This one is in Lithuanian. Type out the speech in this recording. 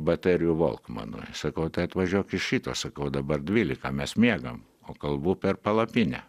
baterijų volkmanui sakau atvažiuok iš ryto sakau dabar dvylika mes miegam o kalbu per palapinę